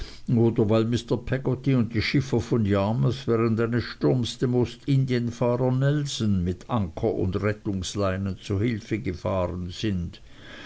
weil mr pegotty und die schiffer von yarmouth während eines sturms dem ostindienfahrer nelson mit anker und rettungsleinen zu hilfe gefahren sind